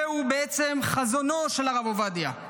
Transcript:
זהו בעצם חזונו של הרב עובדיה,